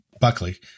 Buckley